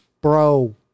bro